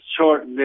short